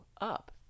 up